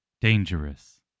dangerous